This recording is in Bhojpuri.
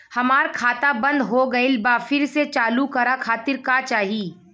हमार खाता बंद हो गइल बा फिर से चालू करा खातिर का चाही?